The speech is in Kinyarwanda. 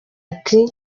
ati